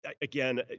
again